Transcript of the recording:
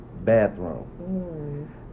bathroom